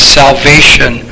salvation